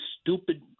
stupid